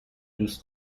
دوس